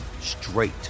straight